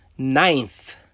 ninth